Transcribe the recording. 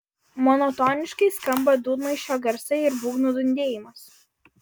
monotoniškai skamba dūdmaišio garsai ir būgnų dundėjimas